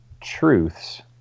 truths